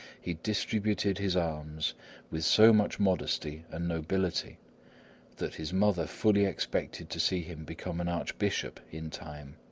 he distributed his alms with so much modesty and nobility that his mother fully expected to see him become an archbishop in time.